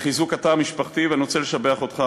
לחיזוק התא המשפחתי, ואני רוצה לשבח אותך.